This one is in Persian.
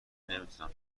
نمیتونم